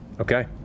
Okay